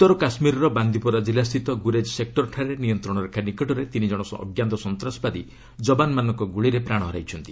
ଉତ୍ତର କାଶ୍ମୀରର ବାନ୍ଦିପୋରା ଜିଲ୍ଲାସ୍ଥିତ ଗୁରେଜ୍ ସେକ୍ଟର୍ଠାରେ ନିୟନ୍ତ୍ରଣ ରେଖା ନିକଟରେ ତିନି କଣ ଅଜ୍ଞାତ ସନ୍ତାସବାଦୀ ଯବାନମାନଙ୍କ ଗୁଳିରେ ପ୍ରାଣ ହରାଇଛନ୍ତି